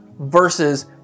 Versus